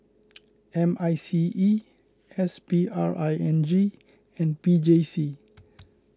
M I C E S P R I N G and P J C